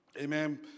Amen